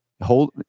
Hold